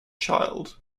child